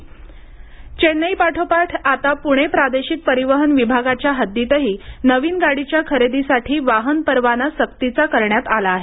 वाहन परवाना चेन्नई पाठोपाठ आता पूणे प्रादेशिक परिवहन विभागाच्या हद्दीतही नवीन गाडीच्या खरेदीसाठी वाहन परवाना सक्तीचा करण्यात आला आहे